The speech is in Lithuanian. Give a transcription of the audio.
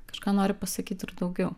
kažką nori pasakyt ir daugiau